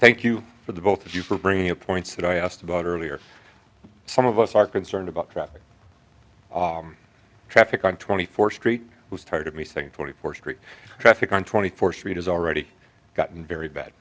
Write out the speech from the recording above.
thank you for the both of you for bringing up points that i asked about earlier some of us are concerned about traffic traffic on twenty fourth street was tired of me saying forty fourth street traffic on twenty fourth street has already gotten very bad